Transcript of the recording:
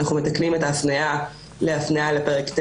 אנחנו מתקנים את ההפניה להפניה לפרק ט